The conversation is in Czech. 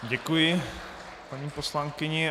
Děkuji paní poslankyni.